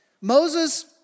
Moses